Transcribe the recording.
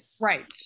Right